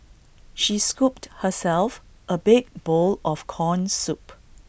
she scooped herself A big bowl of Corn Soup